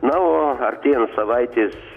na o artėjant savaitės